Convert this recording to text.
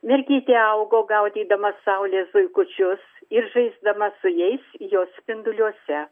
mergytė augo gaudydama saulės zuikučius ir žaisdama su jais jos spinduliuose